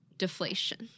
Deflation